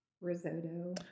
Risotto